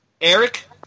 Eric